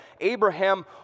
Abraham